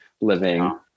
living